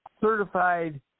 certified